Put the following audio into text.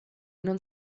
non